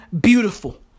beautiful